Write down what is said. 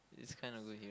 it's kind of good hero